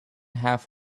half